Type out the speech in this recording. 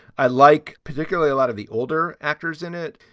i like particularly a lot of the older actors in it,